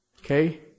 Okay